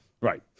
Right